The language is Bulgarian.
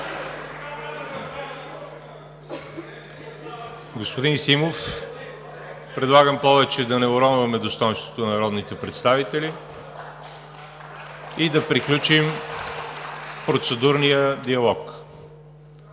Господин Симов, предлагам повече да не уронваме достойнството на народните представители и да приключим процедурния диалог.